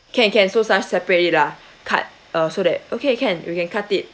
can can so sep~ separate it lah cut uh so that okay can we can cut it